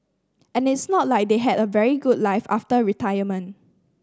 and it's not like they had a very good life after retirement